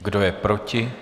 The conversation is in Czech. Kdo je proti?